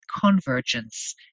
convergence